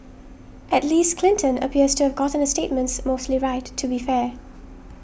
at least Clinton appears to have gotten her statements mostly right to be fair